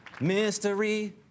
Mystery